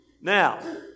Now